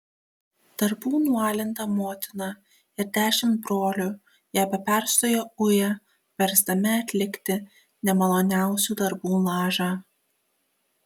darbų nualinta motina ir dešimt brolių ją be perstojo uja versdami atlikti nemaloniausių darbų lažą